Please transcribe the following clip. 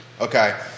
Okay